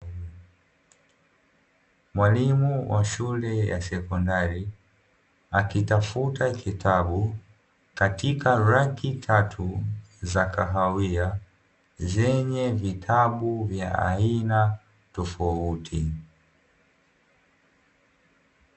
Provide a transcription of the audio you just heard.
Mwalimu wa shule ya sekondari akitafuta kitabu katika raki tatu za kahawia, zenye vitabu vya aina tofauti.